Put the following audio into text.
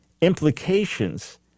implications